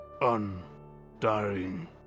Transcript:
undying